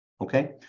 Okay